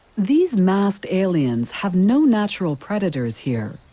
these masked aliens have no natural predators here.